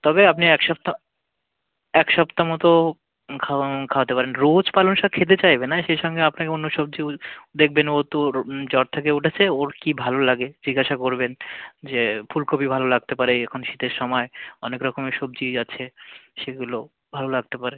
তবে আপনি এক সপ্তাহ এক সপ্তাহ মতো খাওয়াতে পারেন রোজ পালং শাক খেতে চাইবে না সেই সঙ্গে আপনাকে অন্য সবজি দেখবেন ও তো জ্বর থেকে উঠেছে ওর কী ভালো লাগে জিজ্ঞাসা করবেন যে ফুলকপি ভালো লাগতে পারে এখন শীতের সময় অনেক রকমের সবজি আছে সেগুলো ভালো লাগতে পারে